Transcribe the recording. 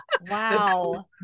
Wow